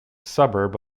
suburb